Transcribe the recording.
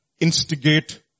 instigate